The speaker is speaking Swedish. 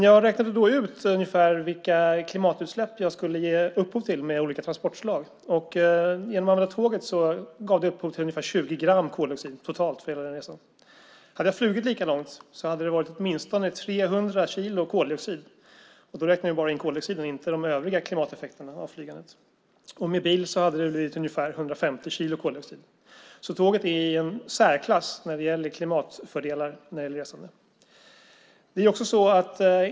Jag räknade ut ungefär vilka klimatutsläpp jag skulle ge upphov till med olika transportslag. Genom att använda tåget gav jag upphov till ungefär 20 gram koldioxid totalt för hela resan. Hade jag flugit lika långt hade det varit åtminstone 300 kilo koldioxid, och då räknar vi bara in koldioxiden och inte flygandets övriga klimateffekter. Med bil hade det blivit ungefär 150 kilo koldioxid. Tåget är alltså i särklass när det gäller klimatfördelar vid resande.